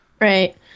right